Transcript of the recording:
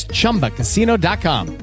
chumbacasino.com